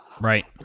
Right